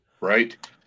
Right